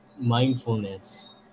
mindfulness